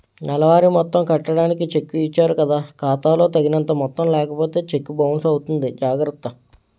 నెలవారీ మొత్తం కట్టడానికి చెక్కు ఇచ్చారు కదా ఖాతా లో తగినంత మొత్తం లేకపోతే చెక్కు బౌన్సు అవుతుంది జాగర్త